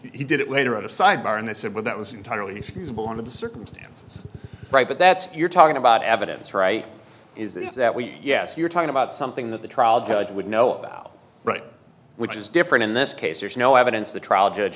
he did it later on a sidebar and they said well that was entirely feasible under the circumstance but that's you're talking about evidence right is that we yes you're talking about something that the trial judge would know about right which is different in this case there's no evidence the trial judge